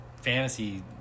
fantasy